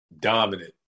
dominant